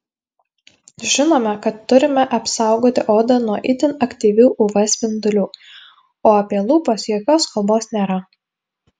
žinome kad turime apsaugoti odą nuo itin aktyvių uv spindulių o apie lūpas jokios kalbos nėra